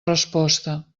resposta